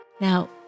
Now